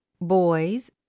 boys